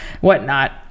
whatnot